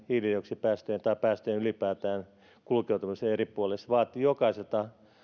hiilidioksidipäästöjen tai ylipäätään päästöjen kulkeutumiseen eri puolille se vaatii jokaiselta